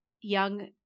young